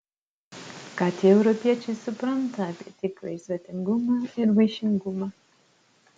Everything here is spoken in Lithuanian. ką tie europiečiai supranta apie tikrąjį svetingumą ir vaišingumą